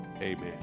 Amen